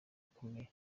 akomeye